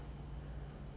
I think